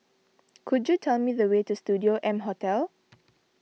could you tell me the way to Studio M Hotel